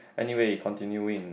anyway continuing